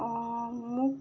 অঁ মোক